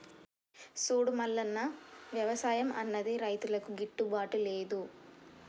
సూడు మల్లన్న, వ్యవసాయం అన్నది రైతులకు గిట్టుబాటు లేదు